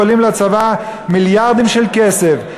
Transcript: ועולים לצבא מיליארדים של כסף.